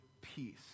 peace